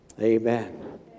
Amen